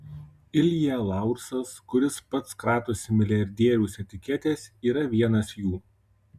ilja laursas kuris pats kratosi milijardieriaus etiketės yra vienas jų